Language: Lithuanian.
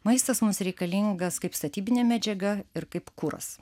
maistas mums reikalingas kaip statybinė medžiaga ir kaip kuras